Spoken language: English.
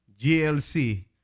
GLC